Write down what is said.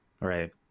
Right